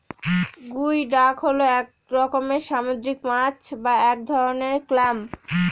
গুই ডাক হল এক রকমের সামুদ্রিক মাছ বা এক ধরনের ক্ল্যাম